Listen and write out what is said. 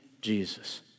Jesus